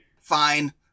Fine